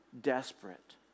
desperate